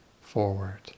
forward